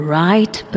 right